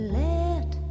let